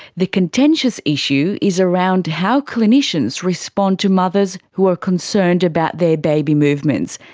the contentious issue is around how clinicians respond to mothers who are concerned about their baby movements,